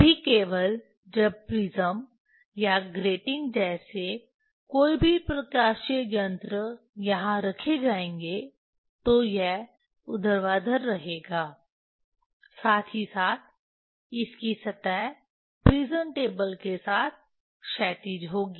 तभी केवल जब प्रिज्म या गेटिंग जैसे कोई भी प्रकाशीय यंत्र यहां रखें जाएंगे तो यह ऊर्ध्वाधर रहेगा साथ ही साथ इसकी सतह प्रिज्म टेबल के साथ क्षैतिज होगी